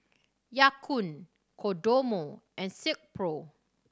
Ya Kun Kodomo and Silkpro